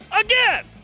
again